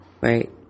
Right